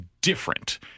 different